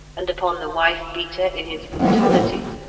and upon the wife-beater in his brutality,